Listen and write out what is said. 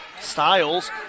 Styles